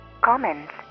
comments